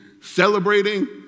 celebrating